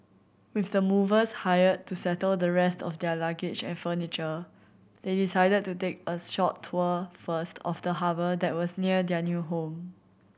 with the movers hired to settle the rest of their luggage and furniture they decided to take a short tour first of the harbour that was near their new home